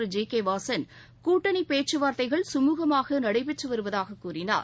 G பின்னர் கேவாசன் கூட்டணிப் பேச்சுவார்த்தைகள் சுமுகமாகநடைபெற்றுவருவதாககூறினார்